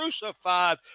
crucified